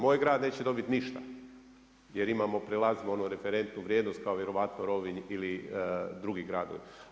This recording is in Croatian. Moj grad neće dobiti ništa jer imamo, prelazimo onu referentnu vrijednost kao vjerojatno Rovinj ili drugi gradovi.